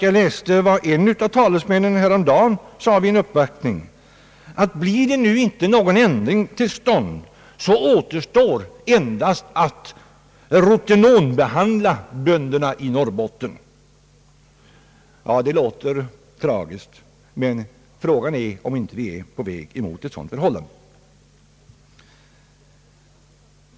Jag läste vad en av talesmännen häromdagen yttrade vid en uppvaktning: Blir det nu ingen ändring återstår endast att rotenonbehandla bönderna i Norrbotten. Det låter tragiskt, men fråga är om vi inte är på väg dithän.